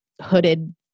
hooded